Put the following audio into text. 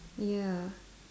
ya